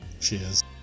cheers